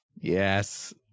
Yes